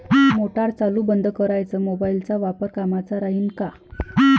Motor चालू बंद कराच मोबाईलचा वापर कामाचा राहीन का?